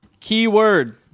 Keyword